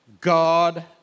God